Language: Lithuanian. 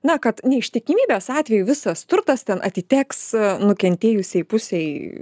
na kad neištikimybės atveju visas turtas atiteks nukentėjusiai pusei